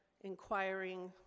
inquiring